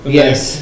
yes